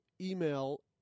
email